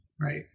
Right